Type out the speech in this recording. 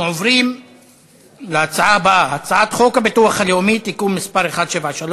אנחנו עוברים להצעה הבאה: הצעת חוק הביטוח הלאומי (תיקון מס' 173,